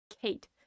kate